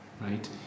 right